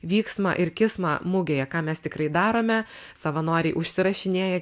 vyksmą ir kismą mugėje ką mes tikrai darome savanoriai užsirašinėja